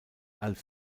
als